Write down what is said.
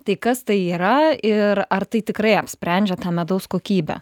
tai kas tai yra ir ar tai tikrai apsprendžia tą medaus kokybę